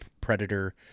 predator